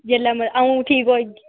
जेल्लै में अंऊ ठीक होगी